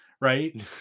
right